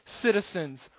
citizens